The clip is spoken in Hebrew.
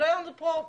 שלא יהיה לנו ספק,